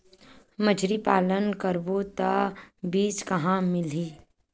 मछरी पालन करबो त बीज कहां मिलही?